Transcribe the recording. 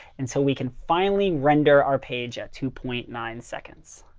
and so we can finally render our page two point nine seconds.